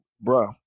bro